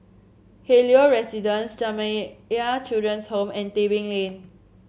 Helios Residences Jamiyah Children's Home and Tebing Lane